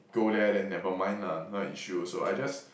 go there then never mind lah not an issue also I just